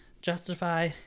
justify